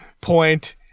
point